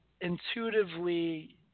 intuitively